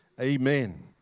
Amen